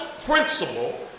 principle